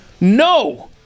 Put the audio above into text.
No